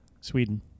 Sweden